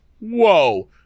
whoa